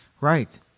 Right